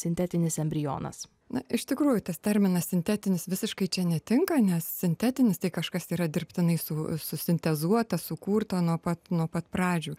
sintetinis embrionas na iš tikrųjų tas terminas sintetinis visiškai čia netinka nes sintetinis tai kažkas yra dirbtinai su susintezuota sukurta nuo pat nuo pat pradžių